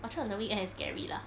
orchard on a weekend is scary lah